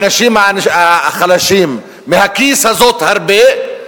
לאנשים החלשים מהכיס הזה הרבה,